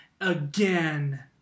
again